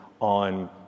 on